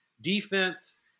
defense